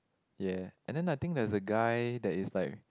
ya and then I think there's a guy that is like